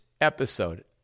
episode